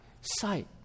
sight